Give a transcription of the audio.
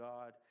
God